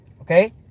okay